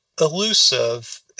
elusive